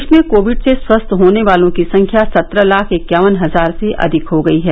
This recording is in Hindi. देश में कोविड से स्वस्थ होने वालों की संख्या सत्रह लाख इक्यावन हजार से अधिक हो गई है